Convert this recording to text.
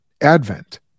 Advent